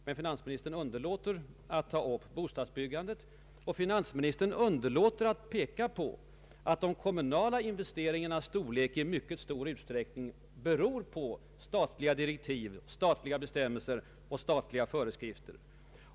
Men finansministern underlåter att ta upp bostadsbyggandet, och finansministern underlåter att peka på att de kommunala investeringarna i mycket stor utsträckning beror på statliga direktiv, statliga bestämmelser och statliga föreskrifter.